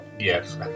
Yes